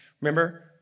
Remember